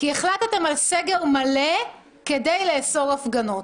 כי החלטתם על סגר מלא כדי לאסור הפגנות.